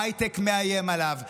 הייטק מאיים עליו,